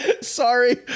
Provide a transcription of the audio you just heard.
Sorry